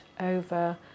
over